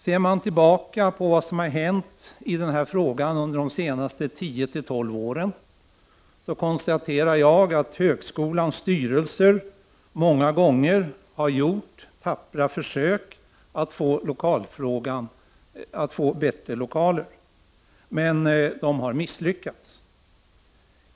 Ser man tillbaka på vad som har hänt i den här frågan under de senaste tio tolv åren, konstaterar jag att högskolans styrelser många gånger har gjort tappra försök att få bättre lokaler, men det har misslyckats.